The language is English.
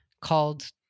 called